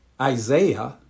Isaiah